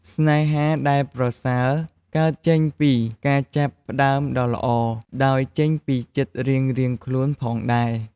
ស្នេហាដែលប្រសើរកើតចេញពីការចាប់ផ្តើមដ៏ល្អ ដោយចេញពីចិត្តរៀងៗខ្លួនផងដែរ។